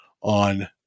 on